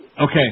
Okay